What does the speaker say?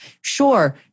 Sure